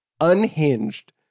unhinged